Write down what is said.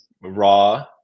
raw